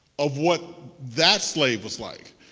of what that slave was like.